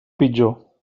pitjor